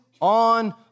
on